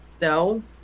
No